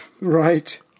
Right